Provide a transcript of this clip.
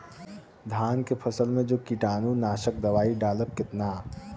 धान के फसल मे जो कीटानु नाशक दवाई डालब कितना?